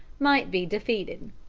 might be defeated.